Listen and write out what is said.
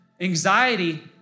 Anxiety